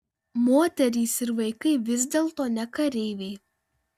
moterys ir vaikai vis dėlto ne kareiviai